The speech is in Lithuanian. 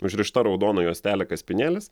užrišta raudona juostelė kaspinėlis